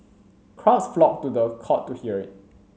crowds flocked to the court to hear it